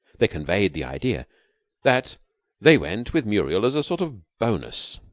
they conveyed the idea that they went with muriel as a sort of bonus.